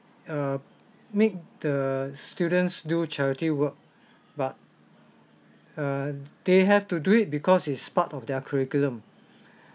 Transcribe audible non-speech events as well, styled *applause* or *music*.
err make the students do charity work but err they have to do it because it's part of their curriculum *breath*